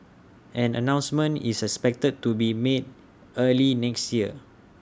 an announcement is expected to be made early next year